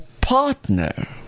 partner